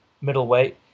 middleweight